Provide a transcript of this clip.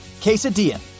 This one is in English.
Quesadilla